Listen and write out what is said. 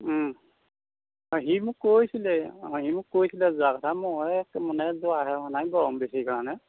অ' সি মোক কৈছিলে সি মোক কৈছিলে যোৱা কথা মই মানে যোৱাহে হোৱা নাই গৰম বেছি কাৰণে